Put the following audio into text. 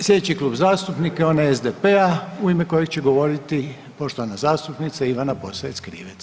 Sljedeći Klub zastupnika je onaj SDP-a u ime kojeg će govoriti poštovana zastupnica Ivana Posavec Krivec.